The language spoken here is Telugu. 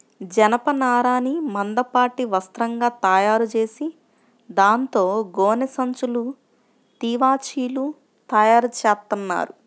జనపనారని మందపాటి వస్త్రంగా తయారుచేసి దాంతో గోనె సంచులు, తివాచీలు తయారుచేత్తన్నారు